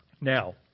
Now